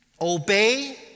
Obey